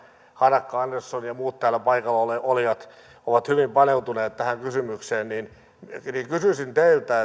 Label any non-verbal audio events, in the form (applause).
harakka andersson ja muut täällä paikalla olijat ovat hyvin paneutuneet tähän kysymykseen niin kysyisin teiltä (unintelligible)